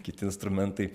kiti instrumentai